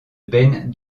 ben